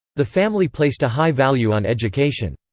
the family placed a high value on education.